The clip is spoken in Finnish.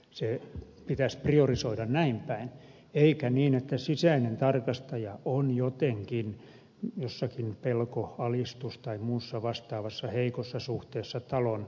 se pitäisi priorisoida näin päin eikä niin että sisäinen tarkastaja on jotenkin jossakin pelko alistus tai muussa vastaavassa heikossa suhteessa talon johtoon